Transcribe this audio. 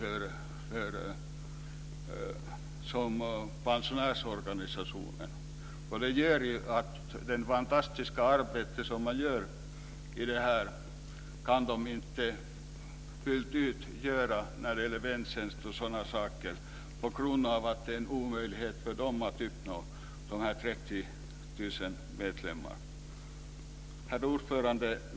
Detta gör att det fantastiska arbete i form av väntjänst osv. som de kan utföra inte kan genomföras fullt ut. Herr talman!